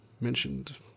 mentioned